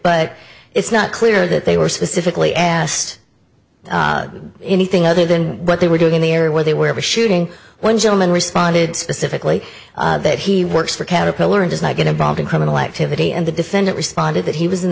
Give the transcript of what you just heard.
but it's not clear that they were specifically asked anything other than what they were doing in the area where they were shooting one gentleman responded specifically that he works for caterpillar and does not get involved in criminal activity and the defendant responded that he was in